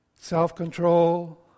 self-control